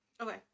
okay